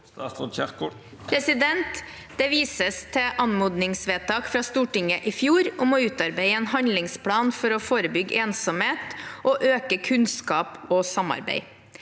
Det vises til an- modningsvedtak fra Stortinget i fjor om å utarbeide en handlingsplan for å forebygge ensomhet og øke kunnskap og samarbeid.